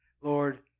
Lord